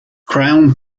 crown